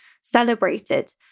celebrated